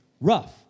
Rough